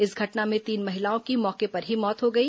इस घटना में तीन महिलाओं की मौके पर ही मौत हो गई